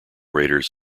raiders